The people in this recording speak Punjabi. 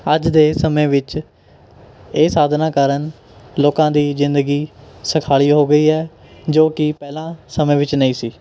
ਅੱਜ ਦੇ ਸਮੇਂ ਵਿੱਚ ਇਹ ਸਾਧਨਾਂ ਕਾਰਨ ਲੋਕਾਂ ਦੀ ਜ਼ਿੰਦਗੀ ਸੁਖਾਲ਼ੀ ਹੋ ਗਈ ਹੈ ਜੋ ਕਿ ਪਹਿਲਾਂ ਸਮੇਂ ਵਿੱਚ ਨਹੀਂ ਸੀ